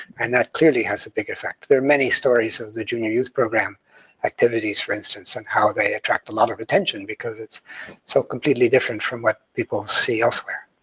and that clearly has a big effect. there are many stories of the junior youth program activities, for instance, and how they attract a lot of attention because it's so completely different from what people see elsewhere.